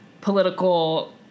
political